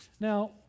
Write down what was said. Now